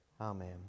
Amen